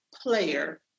player